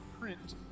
print